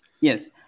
Yes